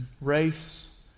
race